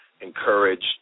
encouraged